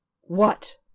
What